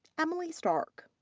emily stark.